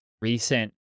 recent